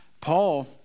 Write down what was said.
Paul